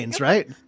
right